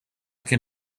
kien